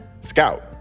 Scout